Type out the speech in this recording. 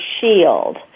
shield